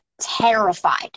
terrified